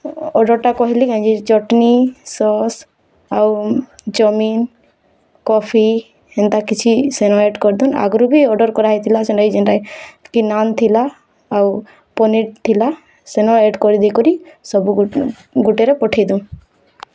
ଅର୍ଡ଼ର୍ଟା କହିଲି କାଏଁ ଯେ ଚଟ୍ନି ସସ୍ ଆଉ ଚଉମିନ୍ କଫି ଏନ୍ତା କିଛି ସେନ ରେଟ୍ କରିଦିଅନ୍ ଆଗ୍ରୁ ବି ଅର୍ଡ଼ର୍ କରାହେଇଥିଲା ସେନ୍ତାକି ଯେନ୍ତା ନାନ୍ ଥିଲା ଆଉ ପନିର୍ ଥିଲା ସେନ ରେଟ୍ କରିି ଦେଇକରି ସବୁ ଗୋଟେରେ ପଠେଇଦିଅ